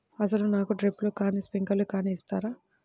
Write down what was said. అసలు నాకు డ్రిప్లు కానీ స్ప్రింక్లర్ కానీ ఇస్తారా?